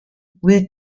with